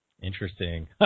Interesting